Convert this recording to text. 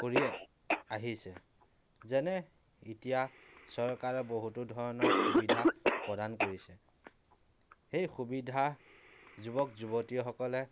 কৰি আহিছে যেনে এতিয়া চৰকাৰে বহুতো ধৰণৰ সুবিধা প্ৰদান কৰিছে সেই সুবিধা যুৱক যুৱতীসকলে